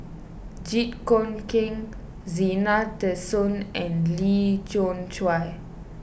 Jit Koon Ch'ng Zena Tessensohn and Lee Khoon Choy